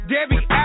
Debbie